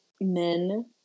men